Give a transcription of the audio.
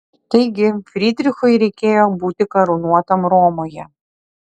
taigi frydrichui reikėjo būti karūnuotam romoje